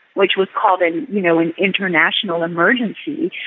which was called an you know an international emergency,